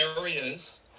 areas